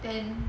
then